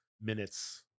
minutes